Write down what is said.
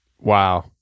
Wow